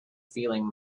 feeling